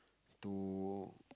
to